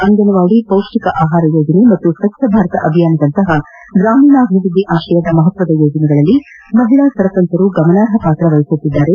ಅಂಗನವಾಡಿ ಪೌಷ್ಟಿಕ ಆಹಾರ ಯೋಜನೆ ಹಾಗೂ ಸ್ವಚ್ಧ ಭಾರತದಂತಹ ಗ್ರಾಮೀಣಾಭಿವೃದ್ಧಿ ಆಶಯದ ಮಹತ್ವದ ಯೋಜನೆಗಳಲ್ಲಿ ಮಹಿಳಾ ಸರಪಂಚರು ಗಮನಾರ್ಹ ಪಾತ್ರ ವಹಿಸುತ್ತಿದ್ದಾರೆ